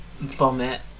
vomit